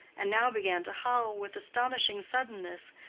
and now began to howl with astonishing suddenness,